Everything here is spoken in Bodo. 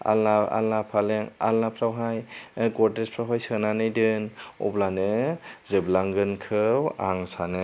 आलना आलना फालें आलनाफ्रावहाय गद्रेसफ्रावहाय सोनानै दोन अब्लानो जोबलांगोनखौ आं सानो